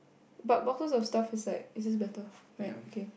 but boxes of stuff is like is just better right okay